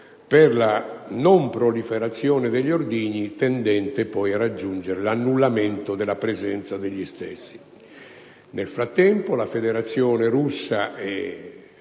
per la non proliferazione degli ordigni tendente poi a raggiungere l'annullamento della presenza degli stessi. Nel frattempo, la Federazione russa e